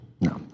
No